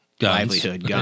livelihood